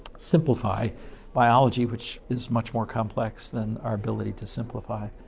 simplify biology, which is much more complex than our ability to simplify.